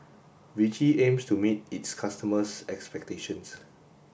Vichy aims to meet its customers' expectations